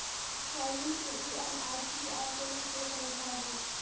शिक्षा ऋण के ई.एम.आई की आर केना छै समझाबू?